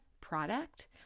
product